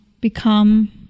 become